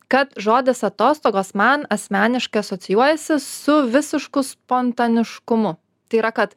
kad žodis atostogos man asmeniškai asocijuojasi su visišku spontaniškumu tai yra kad